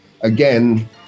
again